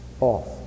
off